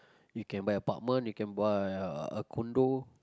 you can buy apartment you can buy a condo